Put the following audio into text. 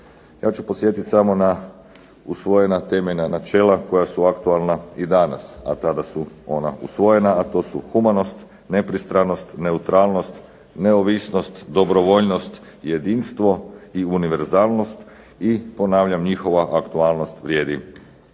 Ja ću podsjetiti samo na usvojena temeljna načela koja su aktualna i danas, a tada su ona usvojena, a to su humanost, nepristranost, neutralnost, neovisnost, dobrovoljnost, jedinstvo i univerzalnost i ponavljam njihova aktualnost vrijedi